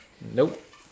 Nope